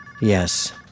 Yes